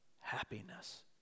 happiness